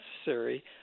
necessary